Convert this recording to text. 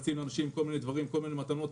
מציעים לאנשים כל מיני דברים, כל מיני מתנות.